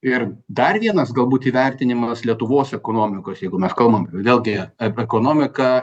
ir dar vienas galbūt įvertinimas lietuvos ekonomikos jeigu mes kalbam vėlgi apie ekonomiką